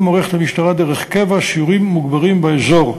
עורכת המשטרה דרך קבע סיורים מוגברים באזור.